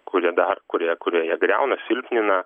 kurie dar kurie kurie ją griauna silpnina